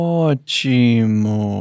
ótimo